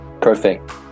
perfect